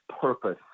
purpose